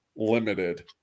limited